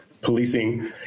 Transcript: policing